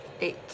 Eight